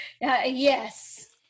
yes